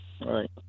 Right